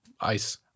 ice